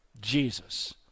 Jesus